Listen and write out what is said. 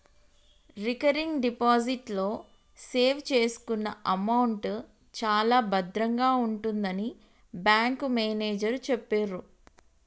recurring deposit లో save చేసుకున్న amount చాలా భద్రంగా ఉంటుందని బ్యాంకు మేనేజరు చెప్పిర్రు